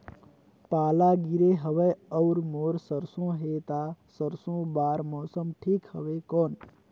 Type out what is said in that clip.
पाला गिरे हवय अउर मोर सरसो हे ता सरसो बार मौसम ठीक हवे कौन?